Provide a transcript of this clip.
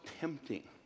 tempting